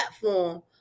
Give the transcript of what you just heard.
platform